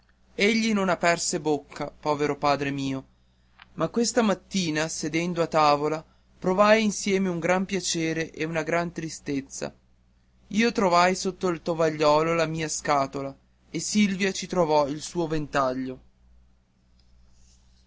egli non aperse bocca povero padre mio ma questa mattina sedendo a tavola provai insieme un gran piacere e una gran tristezza io trovai sotto il tovagliolo la mia scatola e silvia ci trovò il suo ventaglio